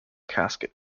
casket